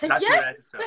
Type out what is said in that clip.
yes